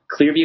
Clearview